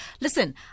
listen